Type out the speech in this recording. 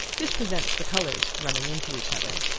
this prevents the colors running into each other.